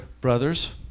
brothers